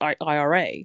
IRA